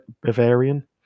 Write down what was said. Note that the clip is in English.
Bavarian